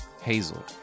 Hazel